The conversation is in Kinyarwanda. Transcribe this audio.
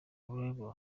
ruggles